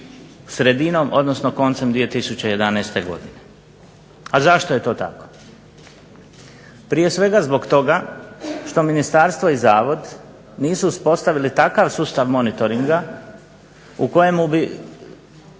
sredinom, odnosno koncem 2011. godine. A zašto je to tako? Prije svega zbog toga što ministarstvo i zavod nisu uspostavili takav sustav monitoringa u kojemu bi